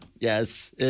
Yes